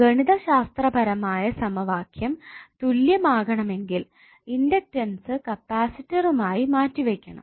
ഗണിതശാസ്ത്രപരമായ സമവാക്യം തുല്യം ആകണമെങ്കിൽ ഇണ്ടക്ടൻസ് കപ്പാസിറ്ററുമായി മാറ്റിവയ്ക്കണം